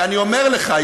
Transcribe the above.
ואני אומר לך,